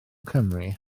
cymru